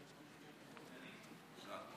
ראש האופוזיציה, תודה על